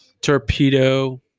torpedo